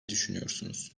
düşünüyorsunuz